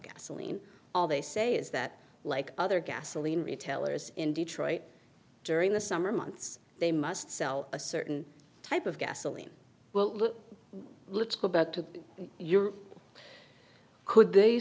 gasoline all they say is that like other gasoline retailers in detroit during the summer months they must sell a certain type of gasoline well let's go back to your could they